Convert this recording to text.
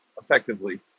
effectively